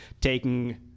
taking